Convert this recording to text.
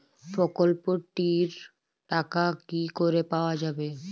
প্রকল্পটি র টাকা কি করে পাওয়া যাবে?